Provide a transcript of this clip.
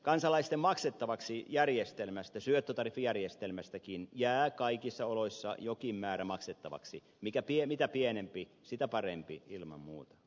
kansalaisten maksettavaksi syöttötariffijärjestelmästäkin jää kaikissa oloissa jokin määrä maksettavaksi mitä pienempi sitä parempi ilman muuta